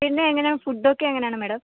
പിന്നെ എങ്ങനെയാണ് ഫുഡൊക്കെ എങ്ങനെയാണ് മാഡം